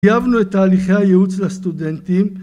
‫טייבנו את תהליכי הייעוץ לסטודנטים.